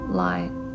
light